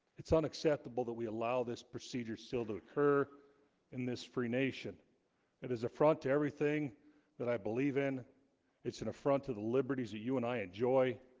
it's unacceptable that we allow this procedure still to occur in this free nation it is affront to everything that i believe in it's an affront to the liberties of you, and i enjoy